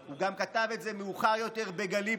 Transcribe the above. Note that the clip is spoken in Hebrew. הוא כתב את זה גם מאוחר יותר בגליפולי.